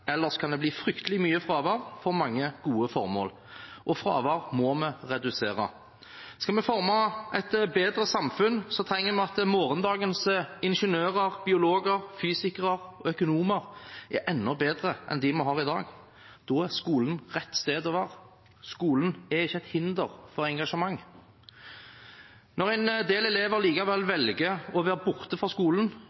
ellers kan det bli fryktelig mye fravær for mange gode formål, og fravær må vi redusere. Skal vi forme et bedre samfunn, trenger vi at morgendagens ingeniører, biologer, fysikere og økonomer er enda bedre enn dem vi har i dag. Da er skolen rett sted å være. Skolen er ikke et hinder for engasjement. Når en del elever